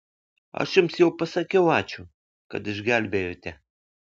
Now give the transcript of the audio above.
aš jums jau pasakiau ačiū kad išgelbėjote